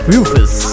Rufus